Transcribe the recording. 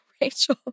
Rachel